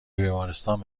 بیمارستان